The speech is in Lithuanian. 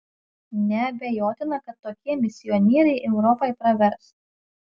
neabejotina kad tokie misionieriai europai pravers